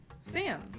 Sam